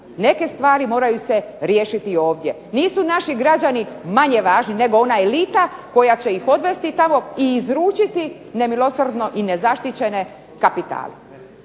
Neke stvari moraju se riješiti i ovdje. Nisu naši građani manje važni nego ona elita koja će ih odvesti tamo i izručiti nemilosrdno i nezaštićene kapital.